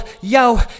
yo